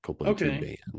Okay